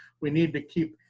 we need to keep,